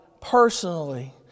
personally